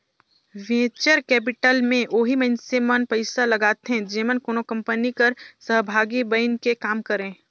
venture capital में ओही मइनसे मन पइसा लगाथें जेमन कोनो कंपनी कर सहभागी बइन के काम करें